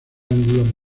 ángulo